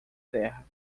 terra